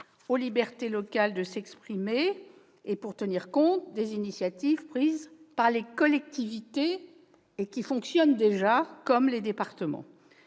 aux libertés locales de s'exprimer et pour tenir compte des initiatives prises par les collectivités territoriales et qui fonctionnent déjà, comme celles prises